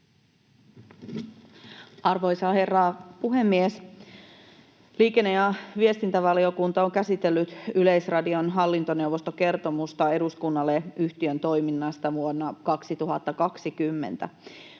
Arvoisa herra puhemies! Liikenne- ja viestintävaliokunta on käsitellyt Yleisradion hallintoneuvoston kertomusta eduskunnalle yhtiön toiminnasta vuonna 2020.